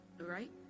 right